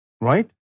Right